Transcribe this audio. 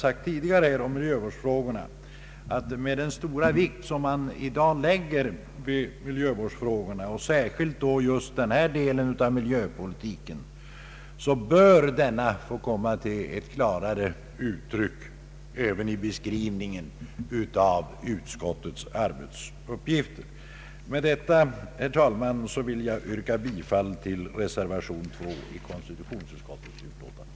Med den stora vikt man i dag lägger på miljövårdsfrågorna och särskilt på denna del av miljövårdspolitiken bör denna, anser vi, komma till ett klarare uttryck även i beskrivningen av utskottets arbetsuppgifter. Med detta, herr talman, vill jag yrka bifall till reservation 2 vid konstitutionsutskottets utlåtande.